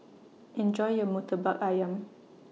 Enjoy your Murtabak Ayam